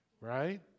right